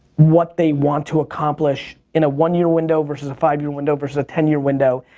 what they want to accomplish in a one-year window versus a five-year window versus a ten-year window,